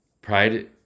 Pride